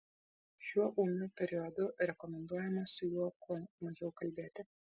šiuo ūmiu periodu rekomenduojama su juo kuo mažiau kalbėti